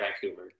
Vancouver